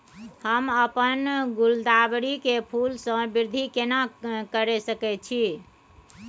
हम अपन गुलदाबरी के फूल सो वृद्धि केना करिये सकेत छी?